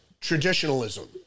traditionalism